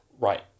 Right